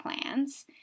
plans